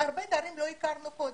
תארים לא הכרנו קודם,